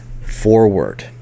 forward